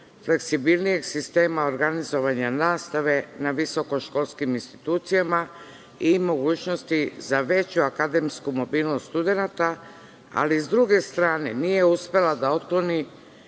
fleksibilnijeg sistema organizovanja nastave na visokoškolskim institucijama i mogućnosti za veću akademsku mobilnost studenata. Ali, s druge strane, nije uspela da otkloni